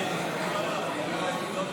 אם כן, להלן תוצאות